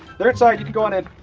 they're inside you can go on ah